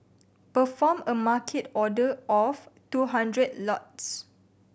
perform a Market order of two hundred lots